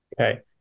Okay